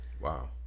Wow